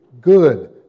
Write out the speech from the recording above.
good